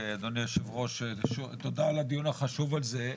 אדוני היושב-ראש, תודה על הדיון החשוב הזה.